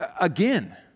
again